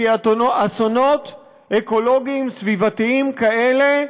כי אסונות אקולוגיים סביבתיים כאלה